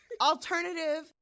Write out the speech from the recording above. Alternative